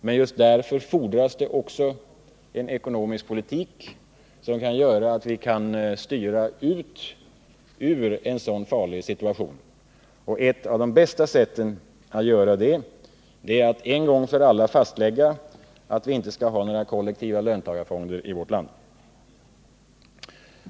Men just därför fordras det också en ekonomisk politik som gör att vi kan styra ut ur en sådan farlig situation. Ett av de bästa sätten att göra det är att en gång för alla fastlägga att vi inte skall ha några kollektiva löntagarfonder i vårt land.